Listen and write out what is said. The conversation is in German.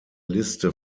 liste